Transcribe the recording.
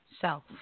self